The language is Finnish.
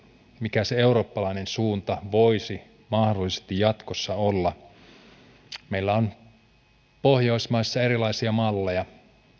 mikä se eurooppalainen suunta voisi mahdollisesti jatkossa olla meillä on pohjoismaissa erilaisia malleja